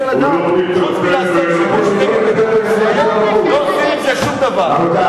חוץ מלעשות שימוש נגד מדינת ישראל לא עושים עם זה שום דבר.